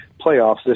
playoffs